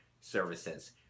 services